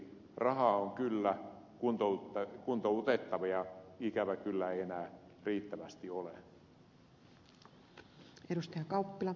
rahaa on kyllä kuntoutettavia ikävä kyllä ei enää riittävästi ole